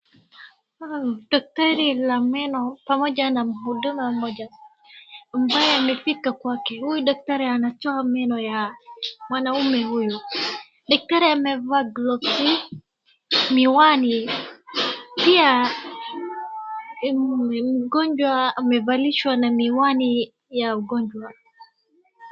Daktari la meno pamoja na mhudumu mmoja ambaye amefika kwake. Huyu daktari anatoa meno ya mwanaume huyu. Daktari amevaa gloves , miwani. Pia mgonjwa amevalishwa na miwani ya ugonjwa.